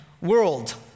world